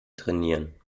trainieren